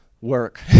work